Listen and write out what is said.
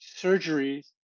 surgeries